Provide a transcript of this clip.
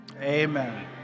amen